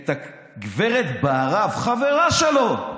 את הגב' בהרב, חברה שלו,